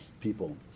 people